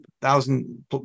Thousand